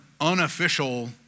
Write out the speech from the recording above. unofficial